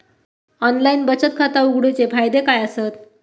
Online बचत खाता उघडूचे फायदे काय आसत?